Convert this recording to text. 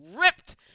ripped